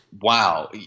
wow